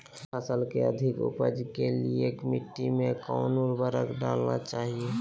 फसल के अधिक उपज के लिए मिट्टी मे कौन उर्वरक डलना चाइए?